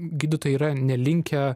gydytojai yra nelinkę